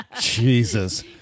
Jesus